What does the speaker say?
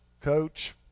coach